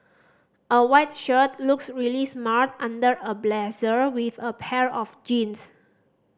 a white shirt looks really smart under a blazer with a pair of jeans